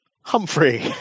Humphrey